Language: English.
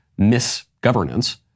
misgovernance